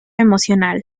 emocional